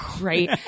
right